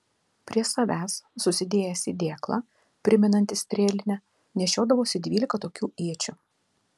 prie savęs susidėjęs į dėklą primenantį strėlinę nešiodavosi dvylika tokių iečių